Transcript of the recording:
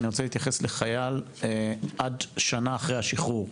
אני רוצה להתייחס לחייל עד שנה אחרי השחרור,